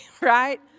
Right